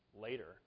later